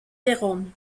jérôme